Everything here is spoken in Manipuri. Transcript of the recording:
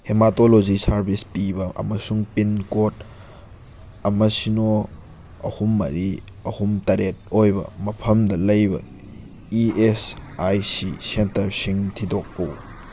ꯍꯦꯃꯥꯇꯣꯂꯣꯖꯤ ꯁꯥꯔꯚꯤꯁ ꯄꯤꯕ ꯑꯃꯁꯨꯡ ꯄꯤꯟ ꯀꯣꯗ ꯑꯃ ꯁꯤꯅꯣ ꯑꯍꯨꯝ ꯃꯔꯤ ꯑꯍꯨꯝ ꯇꯔꯦꯠ ꯑꯣꯏꯕ ꯃꯐꯝꯗ ꯂꯩꯕ ꯏ ꯑꯦꯁ ꯑꯥꯏ ꯁꯤ ꯁꯦꯟꯇꯔꯁꯤꯡ ꯊꯤꯗꯣꯛꯎ